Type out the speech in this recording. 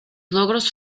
logros